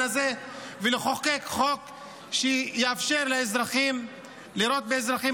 הזה ולחוקק חוק שיאפשר לאזרחים לירות באזרחים.